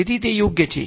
તેથી તે યોગ્ય છે